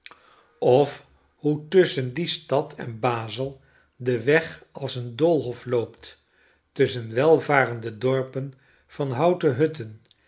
of hoe tusschen die std en b a z e de weg als een doolhof loopt tusschen welvarende dorpen van houten hutten